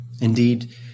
indeed